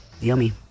Yummy